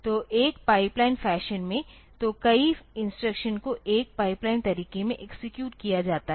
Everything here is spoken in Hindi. तो एक पाइपलाइन फैशन में तो कई इंस्ट्रक्शन को एक पाइपलाइन तरीके से एक्सेक्यूट किया जाता है